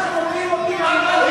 פעם ראשונה שמוציאים אותי מהמליאה.